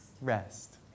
rest